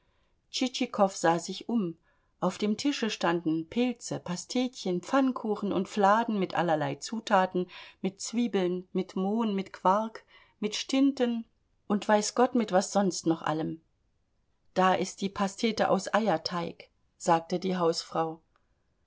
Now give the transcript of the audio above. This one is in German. tschitschikow sah sich um auf dem tische standen pilze pastetchen pfannkuchen und fladen mit allerlei zutaten mit zwiebeln mit mohn mit quark mit stinten und weiß gott mit was sonst noch allem das ist die pastete aus eierteig sagte die hausfrau